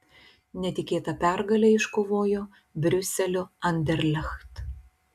netikėtą pergalę iškovojo briuselio anderlecht